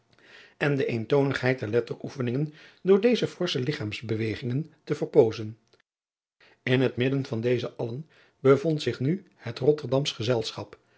en de eentoonigheid der etteroefeningen door deze forsche lichaamsbewegingen te verpoozen n het midden van deze allen bevond zich nu het otterdamsch gezelschap